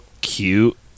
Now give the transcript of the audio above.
cute